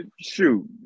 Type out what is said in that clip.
Shoot